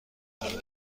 اجازه